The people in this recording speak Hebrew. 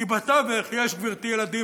כי בתווך יש, גברתי, ילדים.